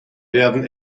werden